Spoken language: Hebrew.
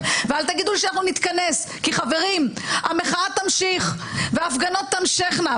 מוטב לנו בוודאי ובוודאי שתהיה לנו נגיעה והכרעה כמו בכל דבר,